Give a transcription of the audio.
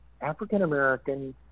African-American